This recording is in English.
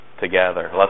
together